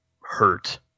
hurt